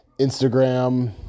instagram